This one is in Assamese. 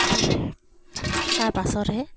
তাৰপাছতহে